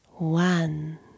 One